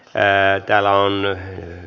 veneet teloille